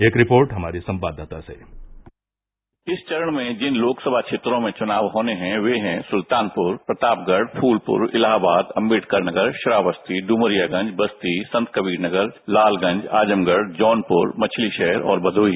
एक रिपोर्ट हमारे संवाददाता से इस चरण में जिन लोकसभा क्षेत्रों में चुनाव होने हैं वे है सुल्तानपुर प्रतापगढ़ फूलपुर इलाहाबाद अंबेडकर नगर श्रावस्ती ड्मरियागंज इस्ती संतकबीरनगर लालगंज आजमगढ़ जौनप्र मछली शहर और भदोही